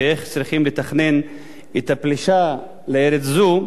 ואיך צריכים לתכנן את הפלישה לארץ זו,